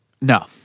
No